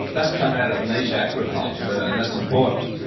that's come out of niche agriculture and that's important.